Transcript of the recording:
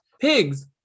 pigs